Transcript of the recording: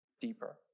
deeper